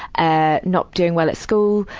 ah, not doing well at school.